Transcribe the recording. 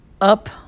Up